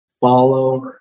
follow